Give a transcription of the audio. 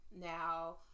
Now